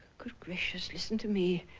good gracious listen to me